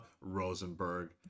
Rosenberg